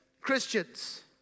Christians